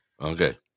Okay